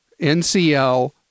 NCL